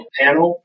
panel